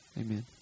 amen